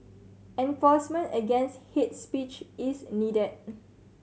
enforcement against hate speech is needed